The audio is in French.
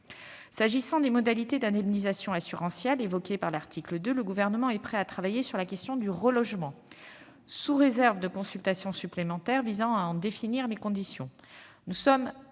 S'agissant des modalités d'indemnisation assurantielle évoquées à l'article 2, le Gouvernement est prêt à travailler sur la question du relogement, sous réserve de consultations supplémentaires visant à en définir les conditions. Nous sommes